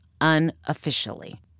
unofficially